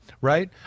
Right